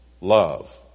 Love